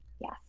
Yes